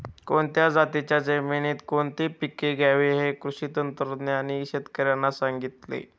कोणत्या जातीच्या जमिनीत कोणते पीक घ्यावे हे कृषी तज्ज्ञांनी शेतकर्यांना सांगितले